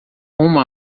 rumo